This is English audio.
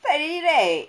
start already right